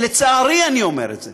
לצערי אני אומר את זה,